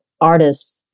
artists